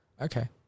Okay